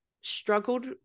struggled